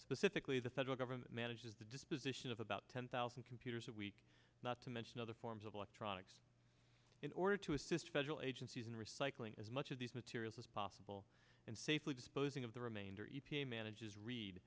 specifically the federal government manages the disposition of about ten thousand computers a week not to mention other forms of electronics in order to assist federal agencies in recycling as much of these materials as possible and safely disposing of the remainder e p a manages read